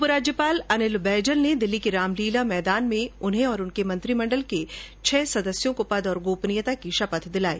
उपराज्यपाल अनिल बैजल ने दिल्ली के रामलीला मैदान में उन्हें और उनके मंत्रिमंडल के छह सदस्यों को पद और गोपनीयता की शपथ दिलाई